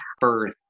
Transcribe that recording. birth